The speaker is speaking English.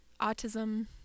autism